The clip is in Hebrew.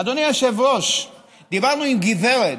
אדוני היושב-ראש, דיברנו עם גברת,